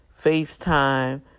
FaceTime